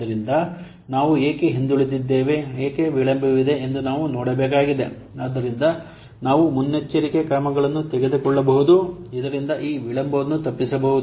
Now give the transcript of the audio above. ಆದ್ದರಿಂದ ನಾವು ಏಕೆ ಹಿಂದುಳಿದಿದ್ದೇವೆ ಏಕೆ ವಿಳಂಬವಿದೆ ಎಂದು ನಾವು ನೋಡಬೇಕಾಗಿದೆ ಆದ್ದರಿಂದ ನಾವು ಮುನ್ನೆಚ್ಚರಿಕೆ ಕ್ರಮಗಳನ್ನು ತೆಗೆದುಕೊಳ್ಳಬಹುದು ಇದರಿಂದ ಈ ವಿಳಂಬವನ್ನು ತಪ್ಪಿಸಬಹುದು